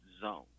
zone